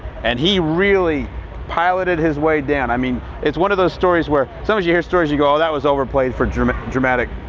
and he really piloted his way down. i mean, it's one of those stories where so you hear stories you go that was over played for dramatic dramatic